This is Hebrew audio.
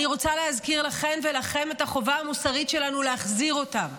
אני רוצה להזכיר לכן ולכם את החובה המוסרית שלנו להחזיר אותם.